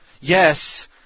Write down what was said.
yes